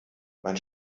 man